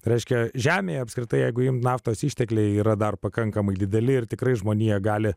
reiškia žemėje apskritai jeigu jums naftos ištekliai yra dar pakankamai dideli ir tikrai žmonija gali